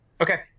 Okay